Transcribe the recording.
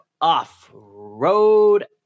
Off-Road